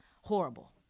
horrible